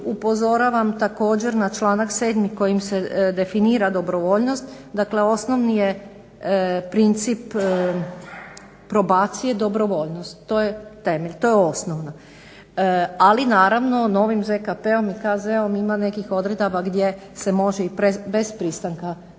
Upozoravam također na članak 7. kojim se definira dobrovoljnost. Dakle, osnovni je princip probacije dobrovoljnost. To je temelj, to je osnova. Ali naravno novim ZKP-om i KZ-om ima nekih odredaba gdje se može i bez pristanka osuđenika